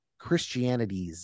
Christianities